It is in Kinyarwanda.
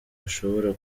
bashobora